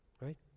right